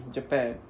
Japan